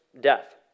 death